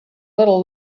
little